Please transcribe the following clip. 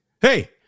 Hey